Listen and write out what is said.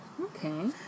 Okay